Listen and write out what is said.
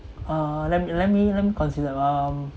uh let me let me let me consider um